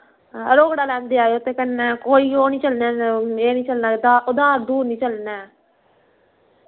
हां रोकड़ा लैंदे आयो ते कन्नै कोई ओ नी चलने हैन एह् नी चलना उधार उधूर नी चलना ऐ